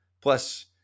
plus